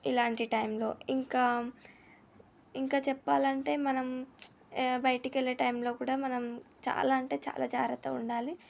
ఇలాంటి టైమ్లో ఇంకా ఇంకా చెప్పాలంటే మనం బయటికెళ్ళే టైమ్లో కూడా మనం చాలా అంటే చాలా జాగ్రత్తగా ఉండాలి